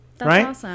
Right